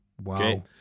Wow